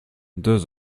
deux